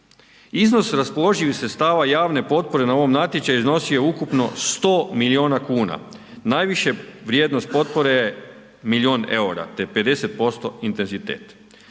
Iznos raspoloživih sredstava javne potpore na ovom natječaju iznosio je ukupno 100 milijuna kuna, najviše vrijednost potpore je milijun eura te 50% intenzitet.